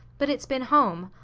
but it's been home,